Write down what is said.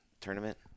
tournament